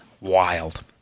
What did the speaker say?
Wild